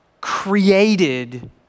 created